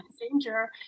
danger